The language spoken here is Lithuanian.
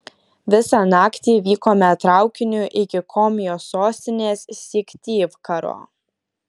visą naktį vykome traukiniu iki komijos sostinės syktyvkaro